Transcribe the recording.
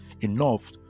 enough